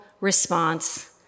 response